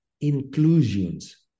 inclusions